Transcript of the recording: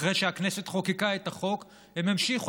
אחרי שהכנסת חוקקה את החוק הם המשיכו.